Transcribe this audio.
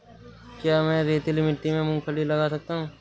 क्या मैं रेतीली मिट्टी में मूँगफली लगा सकता हूँ?